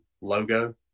logo